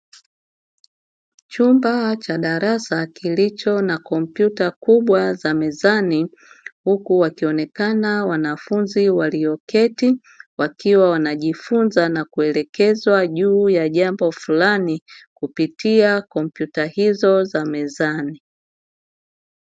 Chumba cha darasa kilicho na kompyuta kubwa za mezani, huku wakionekana wanafunzi walioketi wakiwa wanajifunza na kuelekezwa juu ya jambo fulani, kupitia komputa hizo za mezani.